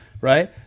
right